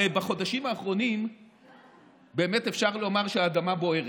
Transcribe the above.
הרי בחודשים האחרונים באמת אפשר לומר שהאדמה בוערת,